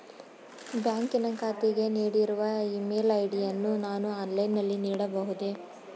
ಬ್ಯಾಂಕಿನ ಖಾತೆಗೆ ನೀಡಿರುವ ಇ ಮೇಲ್ ಐ.ಡಿ ಯನ್ನು ನಾನು ಆನ್ಲೈನ್ ನಲ್ಲಿ ನೀಡಬಹುದೇ?